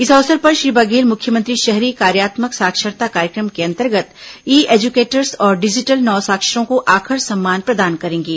इस अवसर पर श्री बघेल मुख्यमंत्री शहरी कार्यात्मक साक्षरता कार्यक्रम के अंतर्गत ई एजुकेटर्स और डिजिटल नवसाक्षरों को आखर सम्मान प्रदान करेंगे